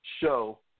show